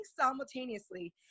simultaneously